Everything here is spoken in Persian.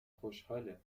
خوشحاله